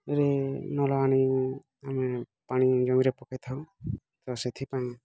ରେ ନଳ ଆଣି ଆମେ ପାଣି ଜମିରେ ପକେଇ ଥାଉ ତ ସେଥିପାଇଁ